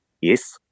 yes